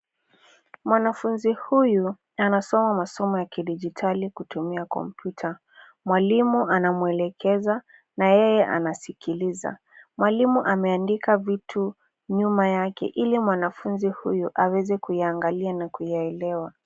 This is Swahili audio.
Mwanafunzi huyu anasoma masomo ya kidijitali kutumia kompyuta. Mwalimu anamuelekeza na yeye anamskiliza. Mwalimu ameandika vitu nyuma yake ili mwanafunzi huyu aweze kuyaangalia na kuyaelewa.